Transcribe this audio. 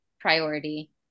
priority